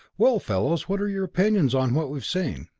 well, fellows, what are your opinions on what we've seen?